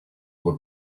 were